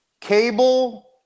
cable